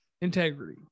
integrity